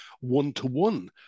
one-to-one